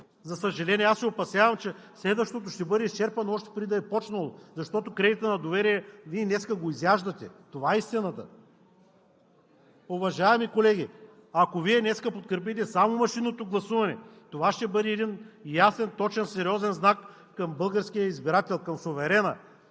За съжаление, аз се опасявам, че следващото ще бъде изчерпано още преди да е започнало, защото кредитът на доверие Вие днес го изяждате. Това е истината. Уважаеми колеги, ако Вие днес подкрепите само машинното гласуване, това ще бъде ясен, точен и сериозен знак към българския избирател, към суверена,